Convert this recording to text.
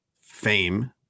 fame